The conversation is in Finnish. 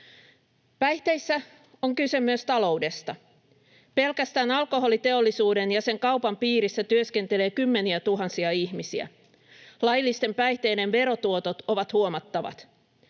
Päihteissä on kyse myös taloudesta. Pelkästään alkoholiteollisuuden ja sen kaupan piirissä työskentelee kymmeniätuhansia ihmisiä. Laillisten päihteiden verotuotot ovat huomattavat.